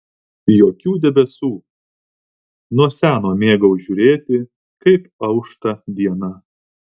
jokių debesų nuo seno mėgau žiūrėti kaip aušta diena